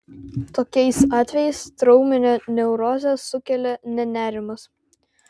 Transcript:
tokiais atvejais trauminę neurozę sukelia ne nerimas